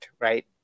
right